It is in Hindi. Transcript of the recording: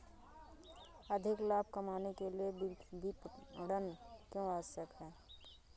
अधिक लाभ कमाने के लिए विपणन क्यो आवश्यक है?